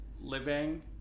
living